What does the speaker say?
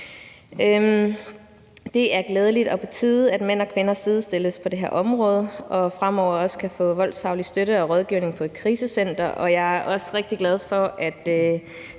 Det er glædeligt og på tide, at mænd og kvinder sidestilles på det her område og fremover også kan få voldsfaglig støtte og rådgivning på et krisecenter. Jeg er også rigtig glad for, at